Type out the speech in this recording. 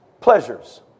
pleasures